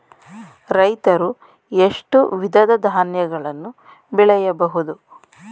ರೈತರು ಎಷ್ಟು ವಿಧದ ಧಾನ್ಯಗಳನ್ನು ಬೆಳೆಯಬಹುದು?